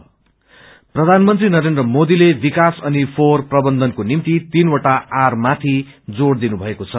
रं प्रधानमन्त्री नरेन्द्र मोदीले विकास र फोहोर प्रबन्धनको निम्ति तीनवटा आर माथि जोड़ दिनुभएको छ